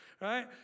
Right